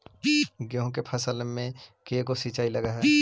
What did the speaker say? गेहूं के फसल मे के गो सिंचाई लग हय?